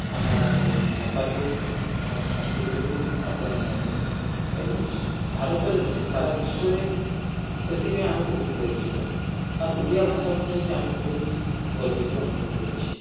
ଆମ ଭାଷାକୁ ଆମ ସଂସ୍କୃତିକୁ ଆପଣାଇ ନିଅନ୍ତେ ଏବଂ ଭାରତରେ ନୁହେଁ ସାରା ବିଶ୍ୱରେ ସେଥିପାଇଁ ଆମେ ବହୁତ ପରିଚିତ ଆର୍ ଓଡ଼ିଆ ଭାଷାକୁ ନେଇକି ଆମେ ବହୁତ ଗର୍ବିତ ଅନୁଭବ କରୁଛେ